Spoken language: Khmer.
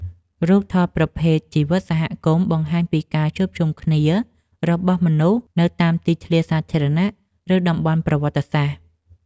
រូបថតប្រភេទជីវិតសហគមន៍ បង្ហាញពីការជួបជុំគ្នារបស់មនុស្សនៅតាមទីធ្លាសាធារណៈ ឬតំបន់ប្រវត្តិសាស្ត្រ។